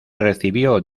recibió